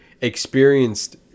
experienced